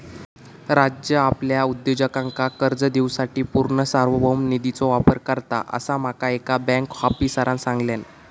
राज्य आपल्या उद्योजकांका कर्ज देवूसाठी पूर्ण सार्वभौम निधीचो वापर करता, असा माका एका बँक आफीसरांन सांगल्यान